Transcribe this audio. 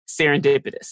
serendipitous